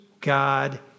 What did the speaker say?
God